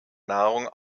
nahrung